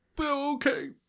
Okay